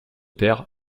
terre